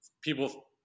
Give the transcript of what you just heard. people